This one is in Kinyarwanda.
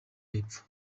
yepfo